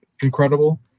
incredible